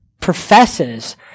professes